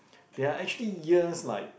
they are actually years like